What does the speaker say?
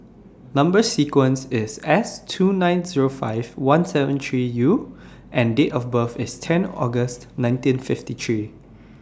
Number sequence IS S two nine Zero five seventeen three U and Date of birth IS ten August nineteen fifty three